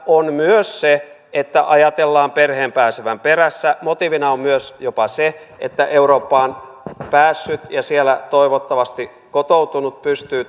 on myös se että ajatellaan perheen pääsevän perässä motiivina on myös jopa se että eurooppaan päässyt ja siellä toivottavasti kotoutunut pystyy